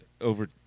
over